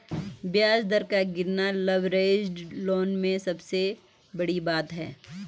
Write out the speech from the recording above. ब्याज दर का गिरना लवरेज्ड लोन में सबसे बड़ी बात है